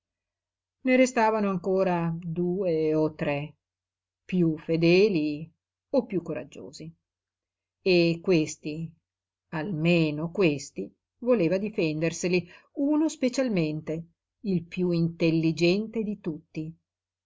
ne restavano ancora due o tre piú fedeli o piú coraggiosi e questi almeno questi voleva difenderseli uno specialmente il piú intelligente di tutti